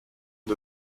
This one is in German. und